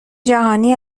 جهانی